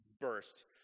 burst